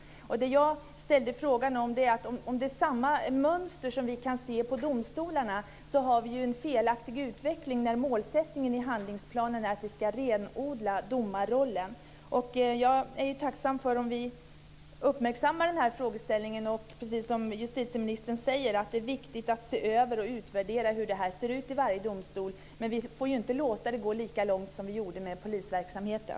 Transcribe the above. Om vi kan se samma mönster när det gäller domstolarna har vi en felaktig utveckling, eftersom målsättningen i handlingsplanen är att vi ska renodla domarrollen. Jag är tacksam för om vi uppmärksammar denna frågeställning. Det är, precis som justitieministern säger, viktigt att se över och utvärdera hur det ser ut i varje domstol, men vi får inte låta det gå lika långt som vi gjorde med polisverksamheten.